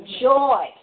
joy